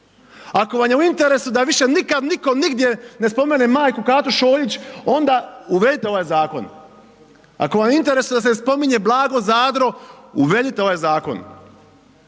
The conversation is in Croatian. ako vam je u interesu da više nikad niko nigdje ne spomene majku Katu Šoljić onda uvedite ovaj zakon, ako vam je u interesu da se ne spominje Blago Zadro uvedite ovaj zakon,